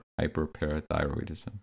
hyperparathyroidism